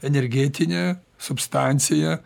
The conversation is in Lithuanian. energetinę substanciją